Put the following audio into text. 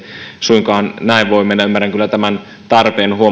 suinkaan näin voi mennä ymmärrän kyllä tämän tarpeen